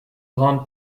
grande